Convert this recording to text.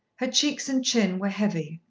her cheeks and chin were heavy.